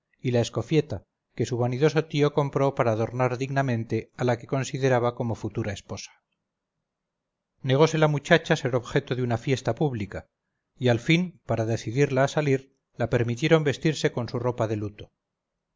botas yla escofieta que su vanidoso tío compró para adornar dignamente a la que consideraba como futura esposa negose la muchacha ser objeto de una fiesta pública y al fin para decidirla a salir la permitieron vestirse con su ropa de luto